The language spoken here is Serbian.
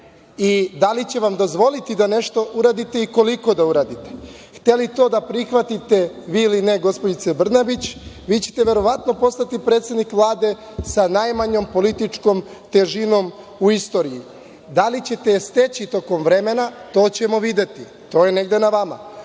i da li će vam dozvoliti da nešto uradite i koliko da uradite? Hteli vi to da prihvatite ili ne gospođice Brnabić, vi ćete verovatno postati predsednik Vlade sa najmanjom političkom težinom u istoriji. Da li ćete je steći tokom vremena, to ćemo videti. To je negde na vama.